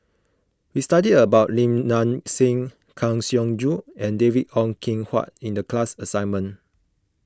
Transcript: we studied about Lim Nang Seng Kang Siong Joo and David Ong Kim Huat in the class assignment